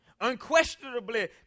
Unquestionably